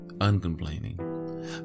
uncomplaining